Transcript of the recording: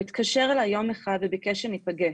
הוא התקשר אליי יום אחד וביקש שניפגש,